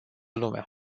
lumea